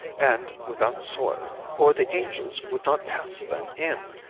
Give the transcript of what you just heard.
and without soil, or the angels would not pass them in,